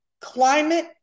climate